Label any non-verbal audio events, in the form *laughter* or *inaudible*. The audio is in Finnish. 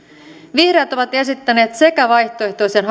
vihreät ovat esittäneet sekä vaihtoehtoisen *unintelligible*